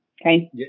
Okay